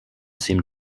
seem